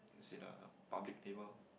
sit a public table